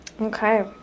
Okay